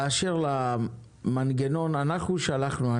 באשר למנגנון אנחנו שלחנו,